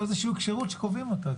איזה שהיא כשירות שקובעים אותה,